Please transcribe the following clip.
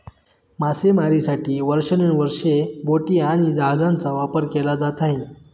मासेमारीसाठी वर्षानुवर्षे बोटी आणि जहाजांचा वापर केला जात आहे